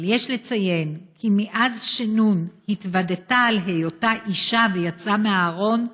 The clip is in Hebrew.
אבל יש לציין כי מאז שנ' התוודתה על היותה אישה ויצאה מהארון,